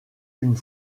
une